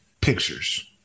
pictures